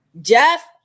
jeff